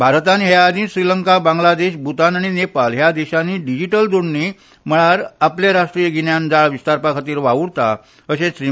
भारतान हे आदिच श्रीलंका बांगलदेश भूतान आनी नेपाल ह्या देशांनी डिजीटल जोडणी मळार आपले राश्ट्रीय गिन्यान जाळ विस्तारपाखातीर वाव्रता अशेय श्री